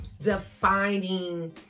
defining